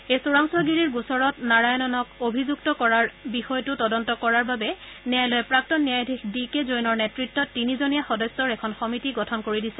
এই চোৰাংচোৱা গোচৰত নাৰায়ণনক অভিযুক্ত কৰাৰ বিষয়টো তদন্ত কৰাৰ বাবে ন্যায়ালয়ে প্ৰাক্তন ন্যায়াধীশ ডি কে জৈনৰ নেতৃত্ত তিনিজনীয়া সদস্যৰ এখন কমিটী গঠন কৰি দিছে